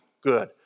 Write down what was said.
good